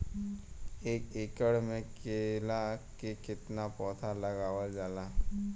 एक एकड़ में केला के कितना पौधा लगावल जाला?